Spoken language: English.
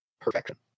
perfection